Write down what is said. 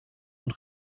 und